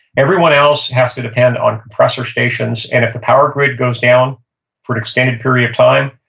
everyone else has to depend on pressure stations, and if the power grid goes down for an extended period of time,